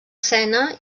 sena